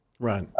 Right